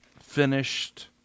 Finished